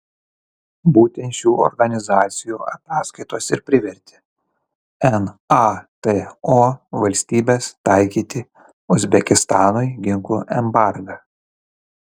būtent šių organizacijų ataskaitos ir privertė nato valstybes taikyti uzbekistanui ginklų embargą